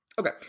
Okay